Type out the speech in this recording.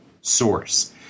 source